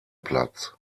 platz